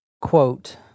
Quote